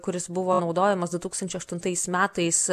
kuris buvo naudojamas du tūkstančiai aštuntais metais